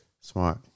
Smart